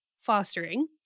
fostering